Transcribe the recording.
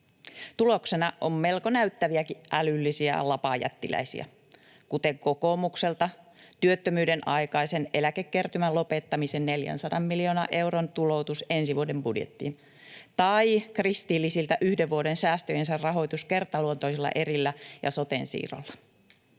Tuloksena on melko näyttäviäkin älyllisiä lapajättiläisiä, kuten kokoomukselta työttömyyden aikaisen eläkekertymän lopettamisen 400 miljoonan euron tuloutus ensi vuoden budjettiin tai kristillisiltä yhden vuoden säästöjensä rahoitus kertaluontoisilla erillä ja soten siirrolla.